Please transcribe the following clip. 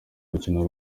rukino